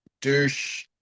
Douche